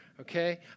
okay